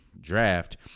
draft